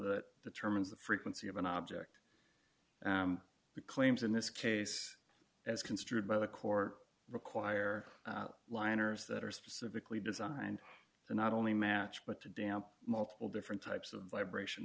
that determines the frequency of an object the claims in this case as construed by the court require liners that are specifically designed to not only match but to damp multiple different types of vibration